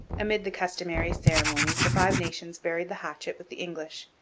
amid the customary ceremonies the five nations buried the hatchet with the english,